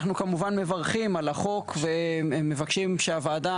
אנחנו כמובן מברכים על החוק ומבקשים שהוועדה